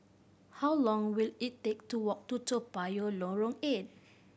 how long will it take to walk to Toa Payoh Lorong Eight